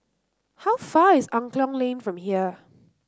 how far away is Angklong Lane from here